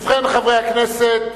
ובכן, חברי הכנסת,